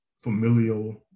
familial